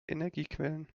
energiequellen